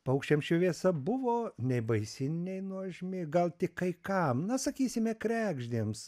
paukščiams ši vėsa buvo nei baisi nei nuožmi gal tik kai kam na sakysime kregždėms